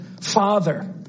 father